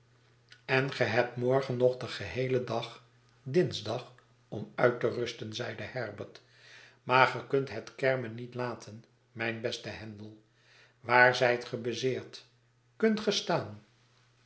en ge hebt morgen nog den geheelen dag dinsdag om uit te rusten zeide herbert maar ge kunt het kermen nietlaten mijnbestehandel waar zijt ge bezeerd kunt